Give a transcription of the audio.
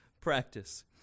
practice